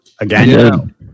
Again